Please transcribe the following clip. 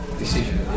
decision